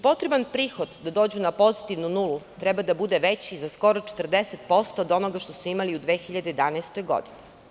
Potreban prihod da dođu na pozitivnu nulu, treba da bude veći za skoro 40%, od onoga što su imali u 2011. godini.